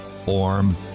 Form